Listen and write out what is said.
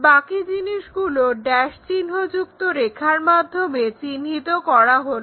বাকি জিনিসগুলোকে ড্যাশ চিহ্ন যুক্ত রেখার মাধ্যমে চিহ্নিত করা হলো